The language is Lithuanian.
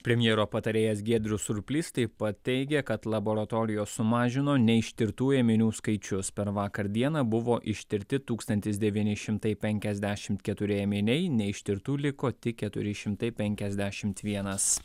premjero patarėjas giedrius surplys taip pat teigė kad laboratorijos sumažino neištirtų ėminių skaičius per vakar dieną buvo ištirti tūkstantis devyni šimtai penkiasdešim keturi ėminiai neištirtų liko tik keturi šimtai penkiasdešimt vienas